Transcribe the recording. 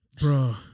Bro